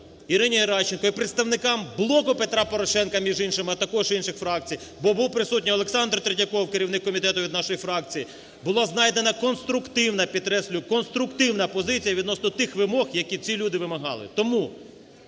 Ірині Геращенко і представникам "Блоку Петра Порошенка", між іншим, а також інших фракцій, бо був присутній Олександр Третьяков, керівник комітету від нашої фракції, була знайдена конструктивна, підкреслюю, конструктивна позиція відносно тих вимог, як і ці люди вимагали.